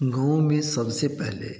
गाँव में सबसे पहले